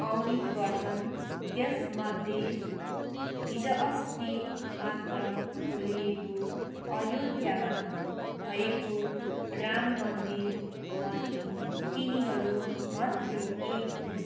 आउने गर्छन् त्यस मध्ये हिजो अस्ति मात्र खोलिएको अयोध्या भएको राम मन्दिर पनि तिनीहरू मध्ये एक हुन्